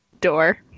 door